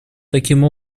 таким